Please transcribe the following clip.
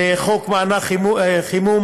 לחוק מענק חימום.